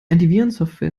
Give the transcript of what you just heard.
antivirensoftware